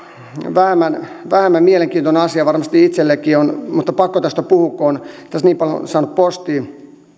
vähemmän vähemmän mielenkiintoinen asia varmasti itsellenikin mutta pakko tästä on puhua kun on tästä niin paljon saanut postia se